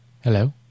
Hello